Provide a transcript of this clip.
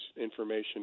information